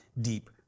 deep